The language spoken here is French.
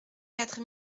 quatre